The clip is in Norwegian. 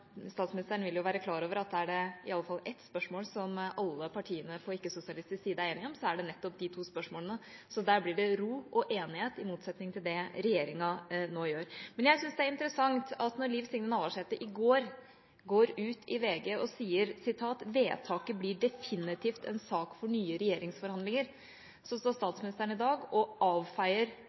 statsministeren vil jo være klar over at er det iallfall ett spørsmål som alle partiene på ikke-sosialistisk side er enige om, er det nettopp de to spørsmålene. Der blir det ro og enighet, i motsetning til det regjeringa nå gjør. Jeg synes det er interessant at når Liv Signe Navarsete i går går ut i VG og sier «vedtaket blir definitivt en sak for nye regjeringsforhandlinger», står statsministeren i dag og avfeier